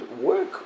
work